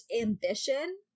ambition